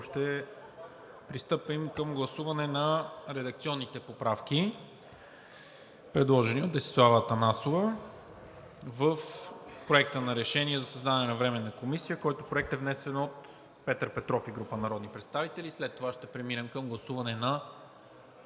ще пристъпим към гласуване на редакционните поправки, предложени от Десислава Атанасова в Проекта на решение за създаване на временна комисия, който проект е внесен от Петър Петров и група народни представители. След това ще преминем към гласуване на